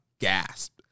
gasped